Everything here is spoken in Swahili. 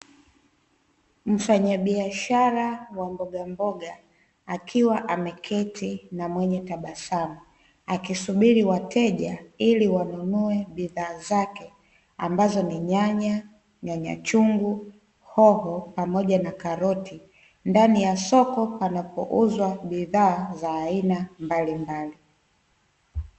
Mfanyabiashara wa mbogamboga akiwa ameketi na mwenye tabasamu, akisubiri wateja ili wanunue bidhaa zake, ambazo ni nyanya, nyanya chungu, hoho pamoja na karoti; ndani ya soko panapouzwa bidhaa za aina mbalimbali.